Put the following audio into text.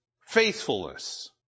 Faithfulness